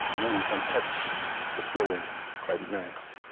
you know you can touch the feeling it's quite nice